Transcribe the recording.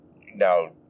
Now